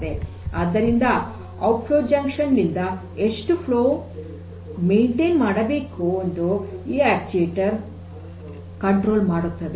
ಆದ್ದರಿಂದ outflow junction ನಿಂದ ಎಷ್ಟು ಫ್ಲೋ ಮೇನ್ಟೈನ್ ಮಾಡಬೇಕೆಂದು ಈ ಅಕ್ಟುಯೆಟರ್ ನಿಯಂತ್ರಣ ಮಾಡುತ್ತವೆ